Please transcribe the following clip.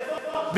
איפה?